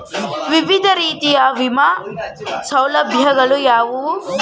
ವಿವಿಧ ರೀತಿಯ ವಿಮಾ ಸೌಲಭ್ಯಗಳು ಯಾವುವು?